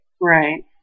Right